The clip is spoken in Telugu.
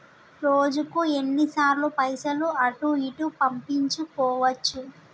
రోజుకు ఎన్ని సార్లు పైసలు అటూ ఇటూ పంపించుకోవచ్చు?